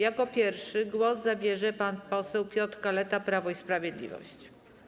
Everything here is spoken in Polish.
Jako pierwszy głos zabierze pan poseł Piotr Kaleta, Prawo i Sprawiedliwość.